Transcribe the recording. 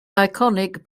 iconic